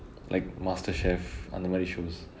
like MasterChef அந்த மாதிரி:antha maathiri shows